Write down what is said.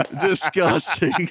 Disgusting